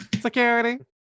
Security